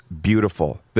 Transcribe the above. beautiful